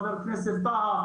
חבר הכנסת טאהא,